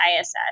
ISS